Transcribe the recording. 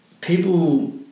people